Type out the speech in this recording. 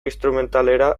instrumentalera